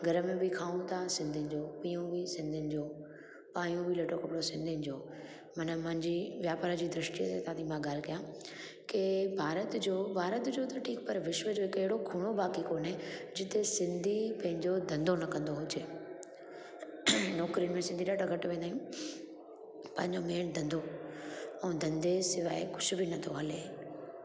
घर में बि खाऊं था सिंधियुनि जो पीयूं बि सिंधियुनि जो पायूं बि लटो कपिड़ो सिंधियुनि जो माना मुंहिंजी वापार जी दृष्टि सां थी मां ॻाल्हि कया की भारत जो भारत जो त ठीकु पर विश्व जो कहिड़ो खूणो बाक़ी कोने जिते सिंधी पंहिंजो धंधो न कंदो हुजे नौकिरिनि में सिंधी ॾाढा घटि वेंदा आहियूं पंहिंजो मेन धंधो ऐं धंधे जे सवाइ कुझु बि नथो हले